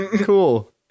Cool